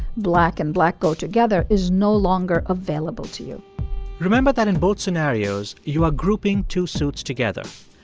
black and black go together is no longer available to you remember that in both scenarios, you are grouping two suits together.